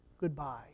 goodbye